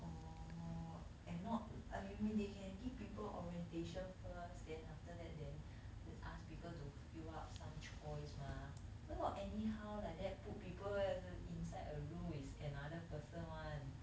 orh and not eh you mean they can give people orientation first then after that then they ask people to fill up some choice mah where got any how like that put people inside a room with another person [one]